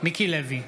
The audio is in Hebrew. מיקי לוי,